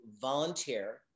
volunteer